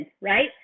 right